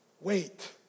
wait